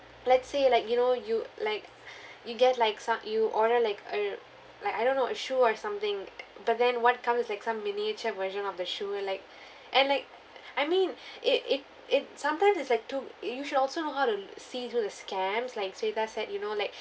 let's say like you know you like you get like som~ you order like uh like I don't know a shoe or something but then what comes is like some miniature version of the shoe like and like I mean it it it sometimes it's like to you should also know how to see into the scams like sunita said you know like